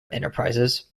enterprises